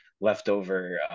leftover